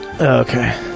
Okay